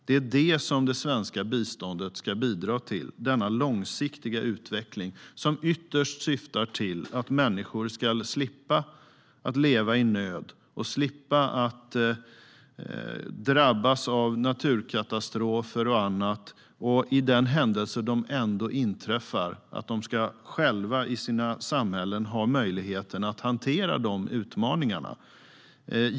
Det är det som det svenska biståndet ska bidra till, denna långsiktiga utveckling som ytterst syftar till att människor ska slippa leva i nöd och slippa drabbas av naturkatastrofer och annat. I den händelse sådant ändå inträffar ska de själva i sina samhällen ha möjligheten att hantera de utmaningarna.